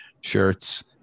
shirts